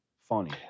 funny